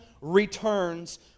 returns